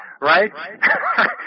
right